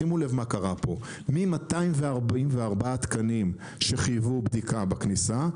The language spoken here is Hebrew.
שימו לב מה קרה פה: מ-244 תקנים שחייבו בדיקה בכניסה,